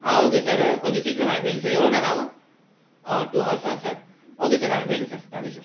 okay sir கொஞ்சம் சீக்கிரமாக அனுப்பி வைங்க சார் எவ்வளோ நேரம் ஆகும் ஓ டூ ஹவர்ஸா சார் ஓகே சார் அனுப்பி வைங்கள் சார் தேங்க் யூ சார்